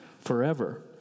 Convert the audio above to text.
forever